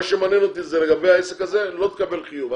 מה שמעניין אותי לגבי העסק הזה, לא תקבל חיוב.